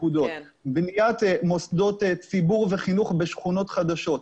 בניית מוסדות ציבור וחינוך בשכונות חדשות.